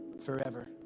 forever